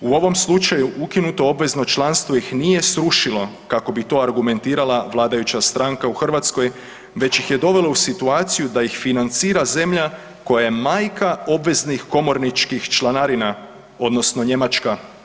U ovom slučaju ukinuto obvezno članstvo ih nije srušilo kako bi to argumentirala vladajuća stranka u Hrvatskoj, već ih je dovela u situaciju da ih financira zemlja koja je majska obveznih komorničkih članarina odnosno Njemačka.